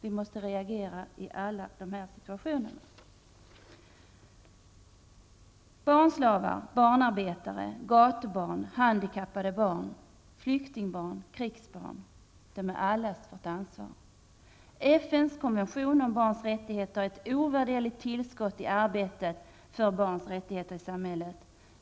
Vi måste reagera i alla situationer. Barnslavar, barnarbetare, gatubarn, handikappade barn, flyktingbarn, krigsbarn. De är allas vårt ansvar. FNs konvention om barns rättigheter är ett ovärderligt tillskott i arbetet för barns rättigheter i samhället.